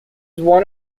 one